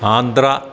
Andhra